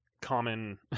common